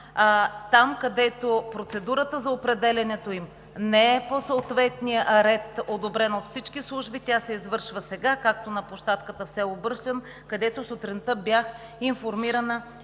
Там, където процедурата за определянето им не е по съответния ред – одобрена от всички служби, се извършва сега както на площадката в село Бръшлен, където сутринта бях информирана,